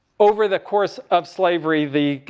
over the course of slavery, the,